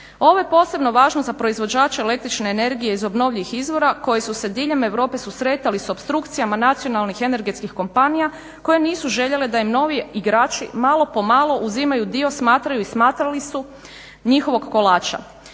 Ovo je posebno važno za proizvođače el.energije iz obnovljivih izvora koji su se diljem Europe susretali sa opstrukcijama nacionalnih energetskih kompanija koje nisu željele da im novi igrači malo po malo uzimaju po dio, smatraju i smatrali su njihovog kolača.